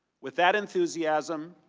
with that enthusiasm,